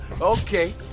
Okay